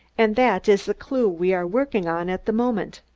and that is the clew we are working on at the moment,